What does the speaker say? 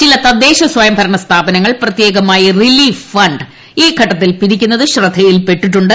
ചില തദ്ദേശ സ്വയംഭരണ സ്ഥാപനങ്ങൾ പ്രത്യേകമായി റിലീഫ് ഫണ്ട് ഈ ഘട്ടത്തിൽ പിരിക്കുന്നത് ശ്രദ്ധയിൽപ്പെട്ടിട്ടുണ്ട്